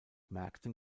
märkten